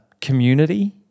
community